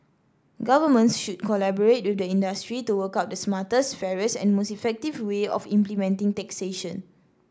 governments should collaborate with the industry to work out the smartest fairest and most effective way of implementing taxation